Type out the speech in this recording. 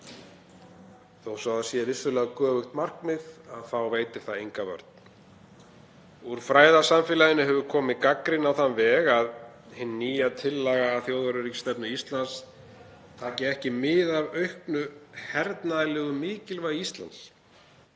Þó svo að það sé vissulega göfugt markmið þá veitir það enga vörn. Úr fræðasamfélaginu hefur komið gagnrýni á þann veg að hin nýja tillaga að þjóðaröryggisstefnu Íslands taki ekki mið af auknu hernaðarlegu mikilvægi Íslands.